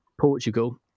Portugal